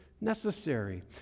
necessary